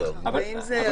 אז איך זה היה